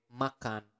makan